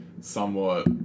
somewhat